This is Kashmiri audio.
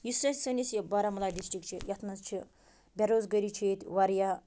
یُس اَسہِ سٲنِس یہِ بارہمولہ ڈِسٹرک چھِ یَتھ منٛز چھِ بےٚ روزگٲری چھِ ییٚتہِ واریاہ